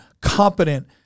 competent